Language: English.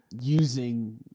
using